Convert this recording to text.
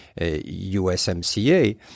USMCA